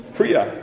Priya